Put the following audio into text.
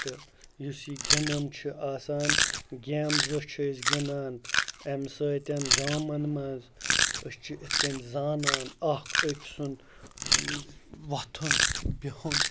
تہٕ یُس یہِ گِنٛدُن چھِ آسان گیمزٕ چھِ أسۍ گِنٛدان اَمہِ سۭتۍ گامَن منٛز أسۍ چھِ اِتھ کٔنۍ زانان اَکھ أکۍ سُنٛد وۄتھُن بِہُن